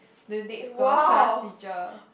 the next door class teacher